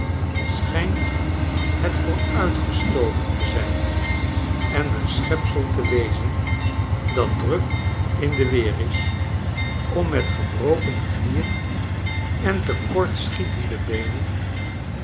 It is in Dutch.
schijnt het vooruitgestoven te zijn en een schepsel te wezen dat druk in de weer is om met gebroken knieen en te kort schietende beenen